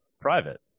private